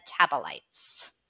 metabolites